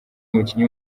umukinnyi